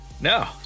No